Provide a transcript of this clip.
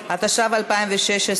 הישיבה,